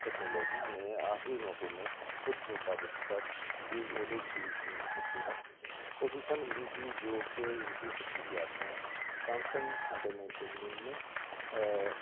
technology میں آخری موقعوں میں خود کو ثابت کر کرتی ہے خصوصاً ان کی جو کہ ان کی خصوصیات ہیں سیمسنگ میں